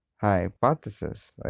hypothesis